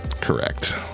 correct